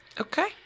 Okay